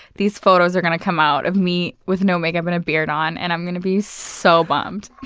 these photos are gonna come out of me with no makeup and a beard on. and i'm gonna be so bummed.